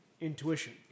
Intuition